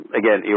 again